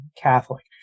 Catholic